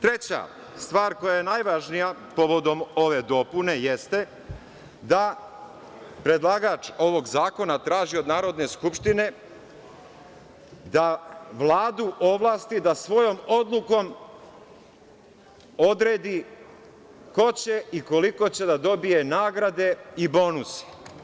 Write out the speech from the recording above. Treća stvar koja je najvažnija, povodom ove dopune, jeste da predlagač ovog zakona traži od Narodne skupštine da Vladu ovlasti da svojom odlukom odredi ko će i koliko će da dobije nagrade i bonuse.